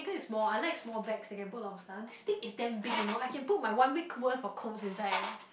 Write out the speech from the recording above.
that is small I like small bag I can put a lot of stuff this thing is damn big you know I can put my one week worth of clothes inside